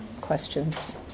questions